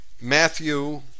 Matthew